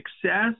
success